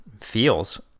feels